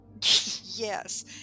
Yes